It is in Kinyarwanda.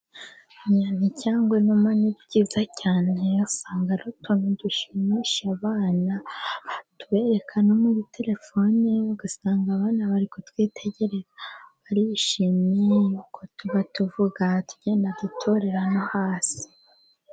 Inyoni cyangwa inuma ni byiza cyane, usanga ari utuntu dushimisha abana, watuberekana no muri terefone ugasanga abana bari kutwitegereza, barishimye, uko tuba tuvuga, tugenda dutorera no hasi.